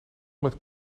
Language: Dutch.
met